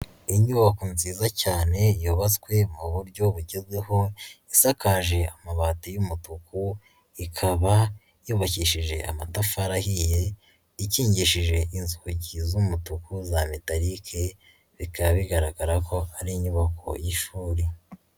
Inyubako nziza cyane yubatswe mu buryo bugezweho, isakaje amabati y'umutuku, ikaba yubakishije amatafari ahiye, ikingishije inzugi z'umutuku za metarike, bikaba bigaragara ko ari inyubako y'ishuri.